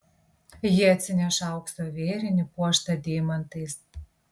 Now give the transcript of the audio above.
ji atsineša aukso vėrinį puoštą deimantais